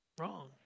Wrong